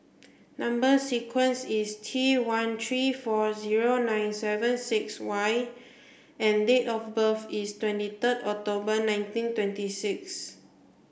number sequence is T one three four zero nine seven six Y and date of birth is twenty third October nineteen twenty six